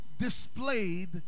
displayed